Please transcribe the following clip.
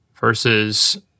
versus